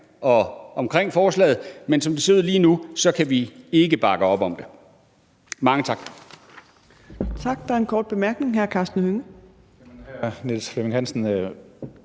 om forslaget, men som det ser ud lige nu, kan vi ikke bakke op om det. Mange tak.